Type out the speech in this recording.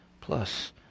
plus